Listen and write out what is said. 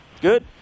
Good